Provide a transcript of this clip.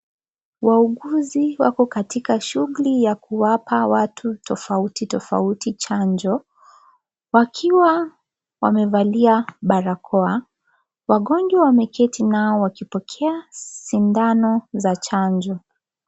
Wauguzi wako katika shughuli ya kuwapa watu tofauti tofauti chanjo wakiwa wamevalia barakoa, wagonjwa wameketi nao wakipokea sindano za chanjo.